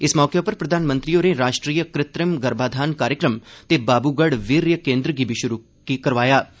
इस मौके उप्पर प्रधानमंत्री होरें राष्ट्रीय कृत्रिम गर्भाघान कार्यक्रम ते बाबूगढ़ वीर्य कोन्द्र दी बी शुरूआत कीती